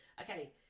Okay